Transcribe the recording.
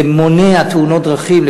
זה מונע תאונות דרכים,